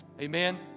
Amen